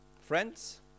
Friends